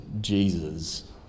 Jesus